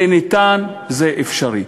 זה ניתן, זה אפשרי.